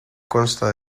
consta